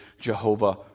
Jehovah